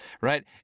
right